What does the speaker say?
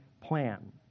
plan